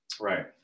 Right